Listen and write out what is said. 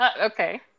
okay